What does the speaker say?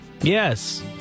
Yes